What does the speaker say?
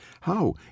How